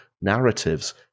narratives